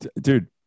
Dude